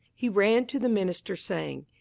he ran to the minister saying,